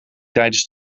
tijdens